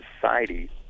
society